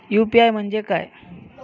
UPI म्हणजे काय?